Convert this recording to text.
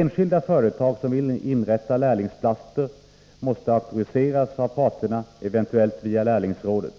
Enskilda företag som vill inrätta lärlingsplatser måste auktoriseras av parterna — eventuellt via lärlingsrådet.